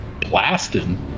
blasting